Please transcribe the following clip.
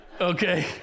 Okay